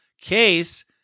case